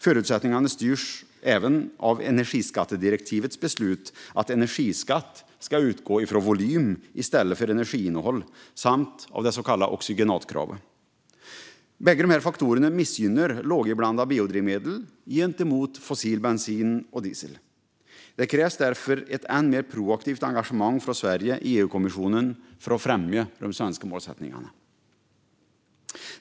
Förutsättningarna styrs även av energiskattedirektivets beslut att energiskatt ska utgå från volym i stället för energiinnehåll samt av det så kallade oxygenatkravet. Båda dessa faktorer missgynnar låginblandade biodrivmedel gentemot fossil bensin och diesel. Det krävs därför ett än mer proaktivt engagemang från Sverige i EU-kommissionen för att främja de svenska målsättningarna.